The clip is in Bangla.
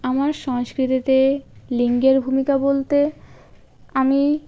আমার সংস্কৃতিতে লিঙ্গের ভূমিকা বলতে আমি